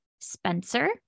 Spencer